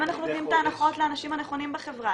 אנחנו נותנים את ההנחות לאנשים הנכונים בחברה?